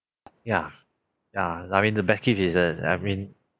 ya ya I mean the best gift is uh I mean